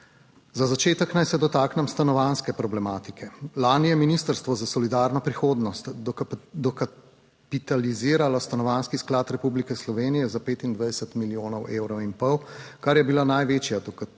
Za začetek naj se dotaknem stanovanjske problematike. Lani je ministrstvo za solidarno prihodnost dokapitaliziralo Stanovanjski sklad Republike Slovenije za 25 milijonov evrov in pol, kar je bila največja